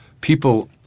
People